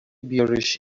بیارش